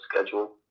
schedule